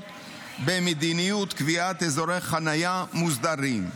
במדיניות קביעת מקומות חניה מוסדרים,